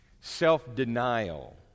self-denial